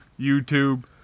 YouTube